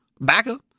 Backup